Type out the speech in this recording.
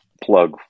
plug